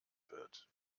wird